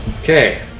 Okay